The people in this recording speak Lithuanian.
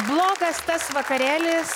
blogas tas vakarėlis